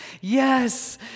Yes